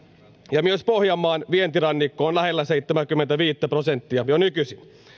ja myös pohjanmaan vientirannikko on lähellä seitsemääkymmentäviittä prosenttia jo nykyisin